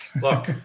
look